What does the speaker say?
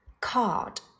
Card